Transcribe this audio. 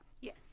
Yes